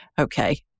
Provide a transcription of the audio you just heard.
Okay